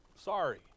Sorry